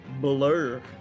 Blur